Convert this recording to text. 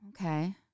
Okay